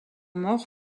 morts